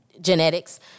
genetics